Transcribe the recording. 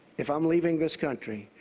if i'm leaving this country,